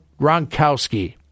Gronkowski